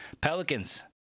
Pelicans